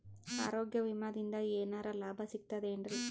ಆರೋಗ್ಯ ವಿಮಾದಿಂದ ಏನರ್ ಲಾಭ ಸಿಗತದೇನ್ರಿ?